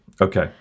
Okay